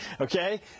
Okay